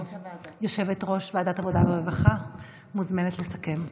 יושבת-ראש ועדת העבודה והרווחה מוזמנת לסכם.